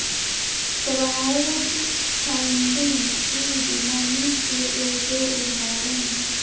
crowd funding seed money के एगो उदाहरण हय